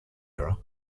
era